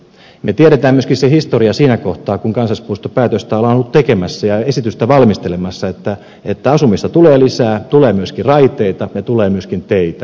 me tiedämme myöskin sen historian siinä kohtaa kun kansallispuistopäätöstä on oltu tekemässä ja on oltu valmistelemassa esitystä että asumista tulee lisää tulee myöskin raiteita ja tulee myöskin teitä